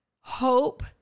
hope